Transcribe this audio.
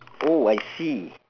oh I see